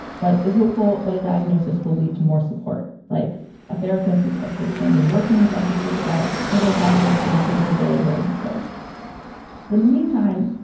but she's hopeful that a diagnosis will lead to more support, like a therapist who's specially trained in working with autistic adults or some classes to improve her daily living skills but in the meantime,